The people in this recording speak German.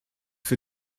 für